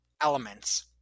elements